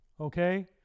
Okay